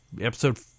episode